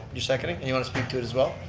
you seconding? and you want to speak to it as well,